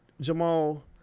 Jamal